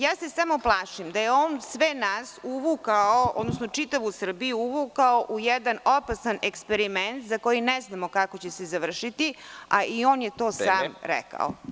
Ja se samo plašim da je on čitavu Srbiju uvukao u jedan opasan eksperiment za koji ne znamo kako će se završiti, a i on je to sam rekao.